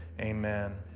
amen